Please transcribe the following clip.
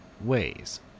ways